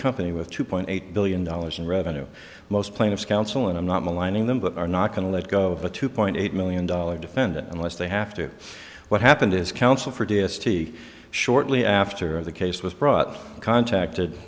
company with two point eight billion dollars in revenue most plaintiff's counsel and i'm not maligning them but are not going to let go of a two point eight million dollar defendant unless they have to what happened is counsel for d s t shortly after the case was brought up contacted